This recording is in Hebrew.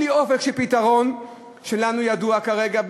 בלי אופק של פתרון שידוע לנו כרגע,